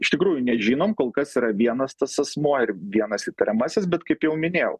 iš tikrųjų nežinom kol kas yra vienas tas asmuo ir vienas įtariamasis bet kaip jau minėjau